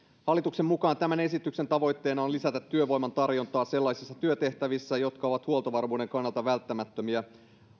hallituksen mukaan tämän esityksen tavoitteena on lisätä työvoiman tarjontaa sellaisissa työtehtävissä jotka ovat huoltovarmuuden kannalta välttämättömiä